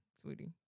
sweetie